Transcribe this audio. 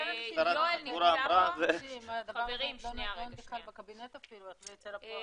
אם הדבר הזה לא נדון בכלל בקבינט אז איך זה ייצא לפועל?